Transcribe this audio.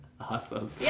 awesome